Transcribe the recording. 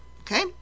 okay